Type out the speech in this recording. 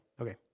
okay